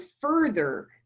further